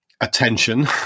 attention